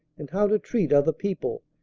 and how to treat other people.